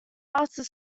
after